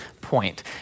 point